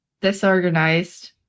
disorganized